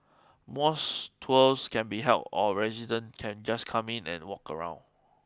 mosque tours can be held or resident can just come in and walk around